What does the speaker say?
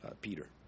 Peter